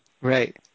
Right